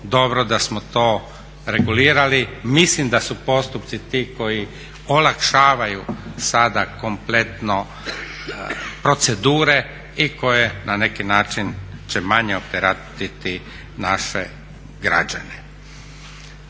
dobro da smo to regulirali. Mislim da su postupci ti koji olakšavaju sada kompletno procedure i koje na neki način će manje opteretiti naše građane.